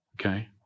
okay